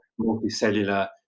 multicellular